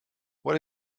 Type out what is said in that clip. what